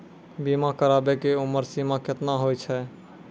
बीमा कराबै के उमर सीमा केतना होय छै?